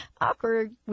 Awkward